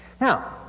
Now